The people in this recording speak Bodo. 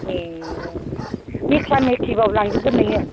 ए मेख्ला मेख्लिबाबो लांजोबगोन नोङो